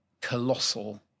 colossal